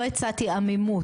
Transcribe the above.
לא הצעתי עמימות.